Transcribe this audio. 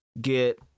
get